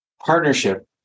partnership